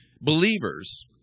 believers